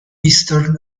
eastern